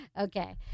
Okay